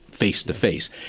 face-to-face